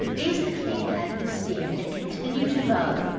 these the king had in esteem, and continued to love,